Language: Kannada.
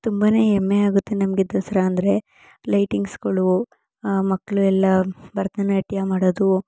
ತುಂಬನೇ ಹೆಮ್ಮೆಯಾಗುತ್ತೆ ನಮಗೆ ದಸರಾ ಅಂದರೆ ಲೈಟಿಂಗ್ಸ್ಗಳು ಮಕ್ಳು ಎಲ್ಲ ಭರತನಾಟ್ಯ ಮಾಡೋದು